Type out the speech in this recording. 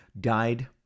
died